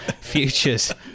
futures